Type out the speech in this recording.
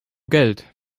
geld